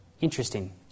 Interesting